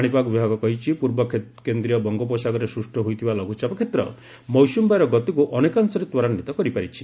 ପାଣିପାଗ ବିଭାଗ କହିଛି ପୂର୍ବ କେନ୍ଦ୍ରୀୟ ବଙ୍ଗୋପସାଗରରେ ସୃଷ୍ଟି ହୋଇଥିବା ଲଘୁଚାପ କ୍ଷେତ୍ର ମୌସୁମୀବାୟୁର ଗତିକୁ ଅନେକାଂଶରେ ତ୍ୱରାନ୍ନିତ କରିପାରିଛି